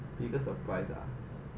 biggest surprise ah